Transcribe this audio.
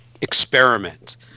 experiment